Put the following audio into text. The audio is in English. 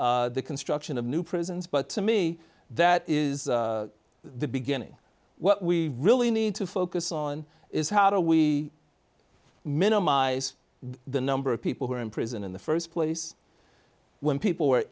the construction of new prisons but to me that is the beginning what we really need to focus on is how do we minimize the number of people who are in prison in the st place when people w